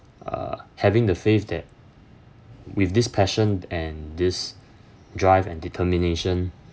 uh having the faith that with this passion and this drive and determination